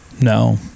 No